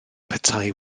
petai